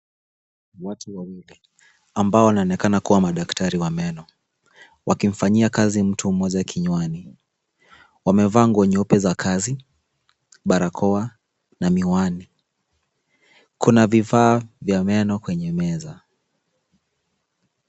Watu wawili ambao wanaonekana kuwa madaktari wa meno wakimfanyia kazi mtu mmoja kinywani. Wamevaa nguo nyeupe za kazi, barakoa na miwani. Kuna vifaa vya meno kwenye meza.